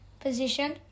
Position